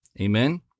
Amen